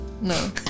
No